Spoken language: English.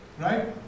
right